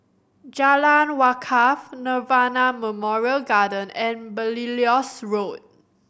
Jalan Wakaff Nirvana Memorial Garden and Belilios Road